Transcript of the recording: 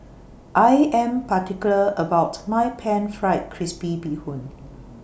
I Am particular about My Pan Fried Crispy Bee Hoon